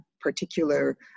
particular